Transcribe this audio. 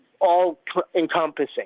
all-encompassing